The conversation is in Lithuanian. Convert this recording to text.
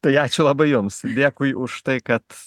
tai ačiū labai jums dėkui už tai kad